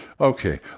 okay